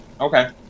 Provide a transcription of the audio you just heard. Okay